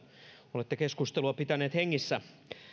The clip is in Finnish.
olette keskustelua pitäneet hengissä